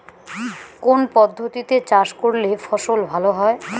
কোন পদ্ধতিতে চাষ করলে ফসল ভালো হয়?